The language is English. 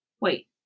Wait